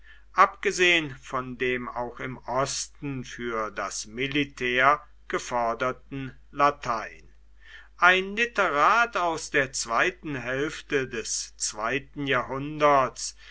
abgesehen von dem auch im osten für das militär geforderten latein ein literat aus der zweiten hälfte des zweiten jahrhunderts